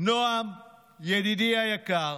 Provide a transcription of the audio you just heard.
נועם, ידידי היקר,